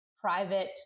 private